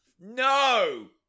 No